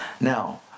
Now